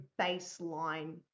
baseline